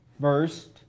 first